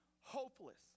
hopeless